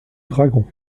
dragon